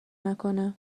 نکنه